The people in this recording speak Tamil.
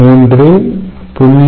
3 0